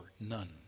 none